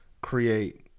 create